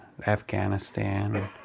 Afghanistan